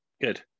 Good